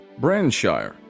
Branshire